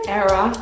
era